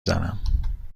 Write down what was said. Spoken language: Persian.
زنم